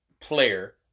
player